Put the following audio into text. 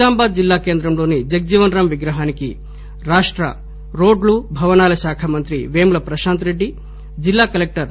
నిజామాబాద్ జిల్లా కేంద్రంలోని జగ్టీవన్ రాం విగ్రహానికి రాష్ట రోడ్లు భవనాల శాఖ మంత్రి వేముల ప్రకాంత్ రెడ్డి జిల్లా కలెక్టర్ సి